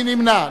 מי נמנע?